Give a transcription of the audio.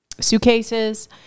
suitcases